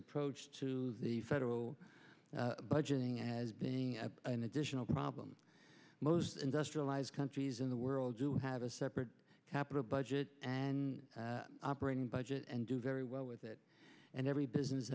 approach to the federal budget ng as being an additional problem most industrialized countries in the world do have a separate capital budget and operating budget and do very well with it and every business